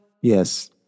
Yes